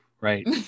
Right